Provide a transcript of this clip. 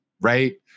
right